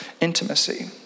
intimacy